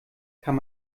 kann